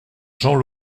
jean